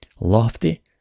lofty